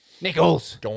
Nichols